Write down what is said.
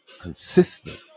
consistent